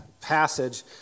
passage